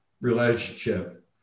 relationship